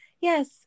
yes